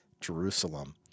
Jerusalem